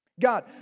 God